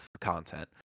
content